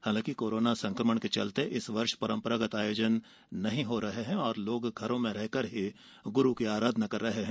हालांकि कोरोना संकमण के चलते इस वर्ष परंपरागत आयोजन नहीं हो रहे है और लोग घरों में रहकर ही गुरू की आराधना कर रहे है